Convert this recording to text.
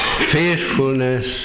Faithfulness